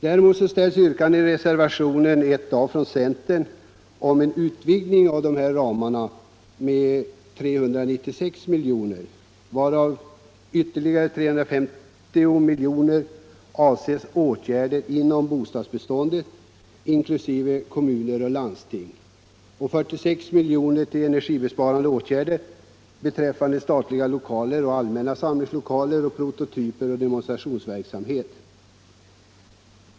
Häremot ställs yrkanden i reservationen 1 a från centern om vidgning av ramen med 397 milj.kr., varav ytterligare 350 milj.kr. avser åtgärder inom bostadsbeståndet — inkl. kommuner och landsting — och 46 milj.kr. till energibesparande åtgärder beträffande statliga lokaler, allmänna samlingslokaler och prototypoch demonstrationsverksamhet.